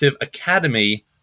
Academy